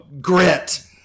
grit